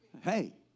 hey